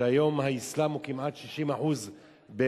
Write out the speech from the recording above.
שהיום האסלאם הוא כמעט 60% במצרים,